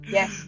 Yes